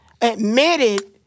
admitted